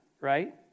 right